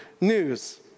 news